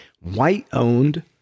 white-owned